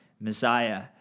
Messiah